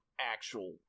actual